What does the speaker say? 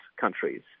countries